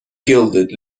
gilded